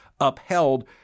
upheld